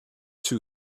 too